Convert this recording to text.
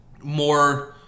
more –